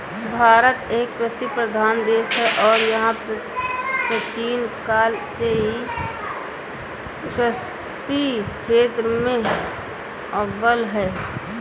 भारत एक कृषि प्रधान देश है और यह प्राचीन काल से ही कृषि क्षेत्र में अव्वल है